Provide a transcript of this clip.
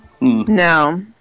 No